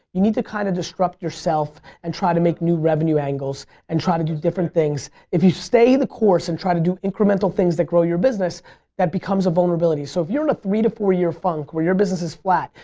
you need to kind of disrupt yourself and try to make new revenue angles and try to do different things. if you stay the course and try to do incremental things that grow your business that becomes a vulnerability. so if you're in a three to four your year funk where your business is flat,